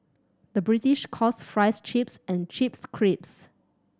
the British calls fries chips and chips crisps